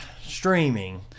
Streaming